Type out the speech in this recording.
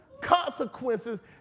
consequences